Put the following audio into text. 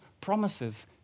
promises